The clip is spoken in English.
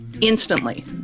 instantly